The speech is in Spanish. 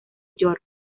york